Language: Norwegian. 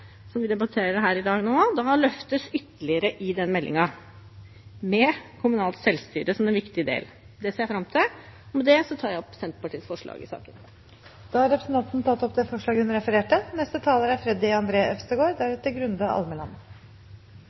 som vi debatterer her i dag, løftes ytterligere i den meldingen, med kommunalt selvstyre som en viktig del. Det ser jeg fram til. Med det tar jeg opp Senterpartiets forslag i saken. Representanten Åslaug Sem-Jacobsen har tatt opp det forslaget hun refererte